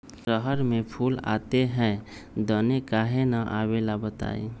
रहर मे फूल आता हैं दने काहे न आबेले बताई?